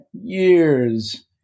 years